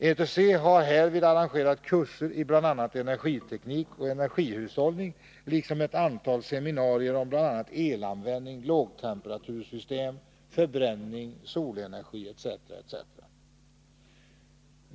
ETC har härvid arrangerat kurser i bl.a. energiteknik och energihushållning liksom ett antal seminarier om bl.a. elanvändning, lågtemperatursystem, förbränning, solenergi etc.